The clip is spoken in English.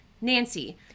Nancy